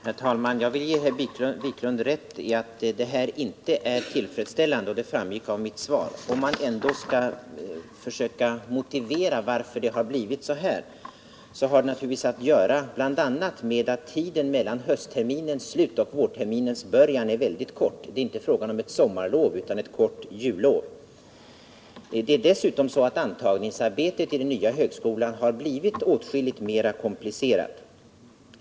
Herr talman! Jag vill ge herr Wiklund rätt i att detta inte är tillfredsställande, och det framgick av mitt svar. Om man skall försöka förklara varför det har blivit så här, så har det naturligtvis att göra bl.a. med att tiden mellan höstterminens slut och vårterminens början är mycket kort. Det är inte fråga om ett sommarlov utan ett kort jullov. Dessutom har antagningsarbetet i den nya högskolan blivit åtskilligt mera komplicerat.